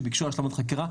שביקשו השלמות חקירה,